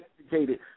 educated